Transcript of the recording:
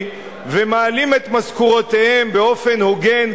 ומעלים את משכורותיהם באופן הוגן,